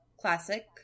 classic